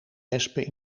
wespen